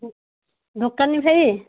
ଦୋକାନୀ ଭାଇ